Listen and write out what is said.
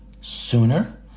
sooner